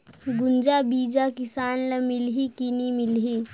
गुनजा बिजा किसान ल मिलही की नी मिलही?